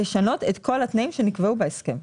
לשנות את כל התנאים שנקבעו בהסכם.